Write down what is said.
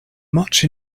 much